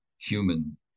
human